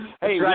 Hey